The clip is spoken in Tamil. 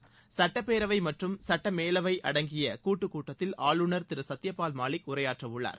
பீகார் சுட்டப்பேரவை மற்றும் சுட்டமேலவை அடங்கிய கூட்டுக்கூட்டத்தில் ஆளுநர் திரு சத்தியபால் மாலிக் உரையாற்றவுள்ளார்